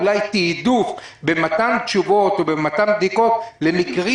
אולי תיעדוף במתן תשובות או במתן בדיקות למקרים